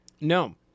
No